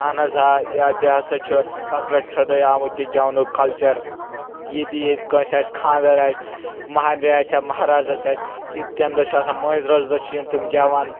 اہن حظ آ تہِ ہسا چھُ پتہٕ پؠٹھٕے آمُت تہِ گؠونُک کَلچَر ییٚتہِ ییٚتہِ کٲنٛسہِ آسہِ خانٛدر آسہِ مہرنہِ آسہِ ہا مہرازس آسہِ تمہِ دۄہ چھِ آسان مٲنٛز رٲز دوہ چھِ یِم تِم گؠوَان